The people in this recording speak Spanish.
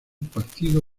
partido